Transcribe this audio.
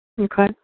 Okay